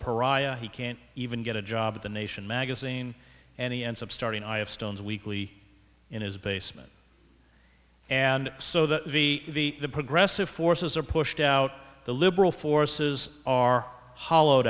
pariah he can't even get a job at the nation magazine and he ends up starting i have stones weekly in his basement and so the the progressive forces are pushed out the liberal forces are hollowed